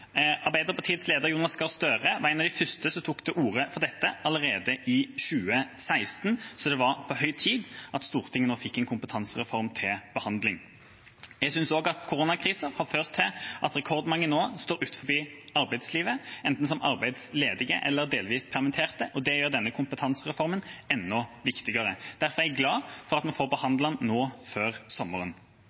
Arbeiderpartiets leder, Jonas Gahr Støre, var en av de første som tok til orde for dette, allerede i 2016, så det var på høy tid at Stortinget nå fikk en kompetansereform til behandling. Koronakrisa har ført til at rekordmange nå står utenfor arbeidslivet, enten som arbeidsledige eller som delvis permitterte, og det gjør denne kompetansereformen enda viktigere. Derfor er jeg glad for at vi får behandlet den nå før sommeren.